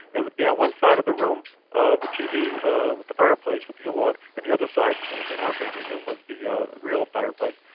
it would be on one side of the room ah the tv ah with the fireplace with the yule log and the other side in our family room was the ah real fireplace.